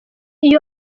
iyo